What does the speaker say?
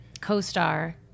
co-star